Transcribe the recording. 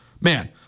man